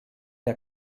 der